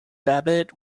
babbitt